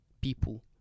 people